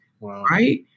right